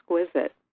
exquisite